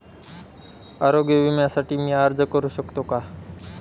आरोग्य विम्यासाठी मी अर्ज करु शकतो का?